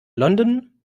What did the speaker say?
london